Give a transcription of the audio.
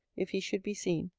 if he should be seen,